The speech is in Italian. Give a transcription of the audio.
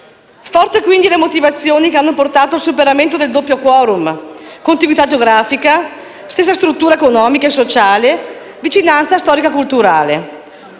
Forti quindi le motivazioni che hanno portato al superamento del doppio *quorum*: contiguità geografica, stessa struttura economica e sociale, vicinanza storico culturale.